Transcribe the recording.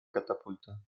катапульта